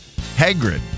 Hagrid